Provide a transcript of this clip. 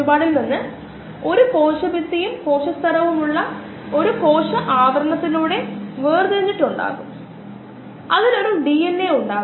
rxkx1 βx ബയോ റിയാക്ടറിലെ എല്ലാ കോശങ്ങളും ഒരേ പ്രായത്തിലാണെന്ന് അവർ കണക്കാക്കി കോശങ്ങളിലെ പ്രായത്തിലുള്ള വ്യതിയാനങ്ങൾ ആകാം കൂടാതെ വേർതിരിക്കപ്പെട്ട മോഡലുകളിൽ വിതരണം വ്യത്യാസങ്ങൾ കണക്കിലെടുക്കുന്നു